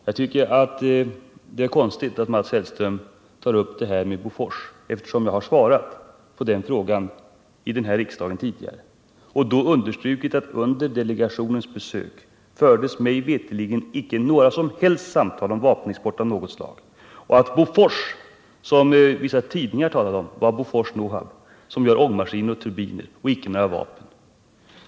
Jag tycker att det är konstigt att Mats Hellström tar upp frågan om Bofors, eftersom jag redan tidigare har svarat på den frågan i riksdagen och då understrukit att under delegationens besök i Indonesien mig veterligen icke några som helst samtal fördes om vapenexport av något slag. Jag har också sagt att det inte var representanter för Bofors — som vissa tidningar talade om — som ingick i delegationen utan representanter för AB Bofors-Nohab i Trollhättan, som gör ångmaskiner och turbiner men icke några vapen.